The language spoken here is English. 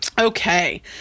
Okay